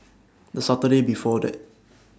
The Saturday before that